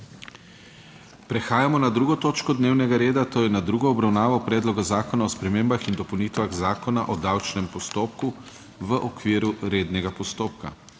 s****prekinjeno 2. točko dnevnega reda**, **to je s tretjo obravnavo predloga zakona o spremembah in dopolnitvah Zakona o davčnem postopku v okviru rednega postopka.**